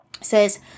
Says